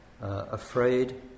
afraid